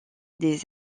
des